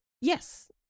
Yes